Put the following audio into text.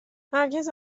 هرگز